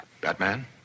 Batman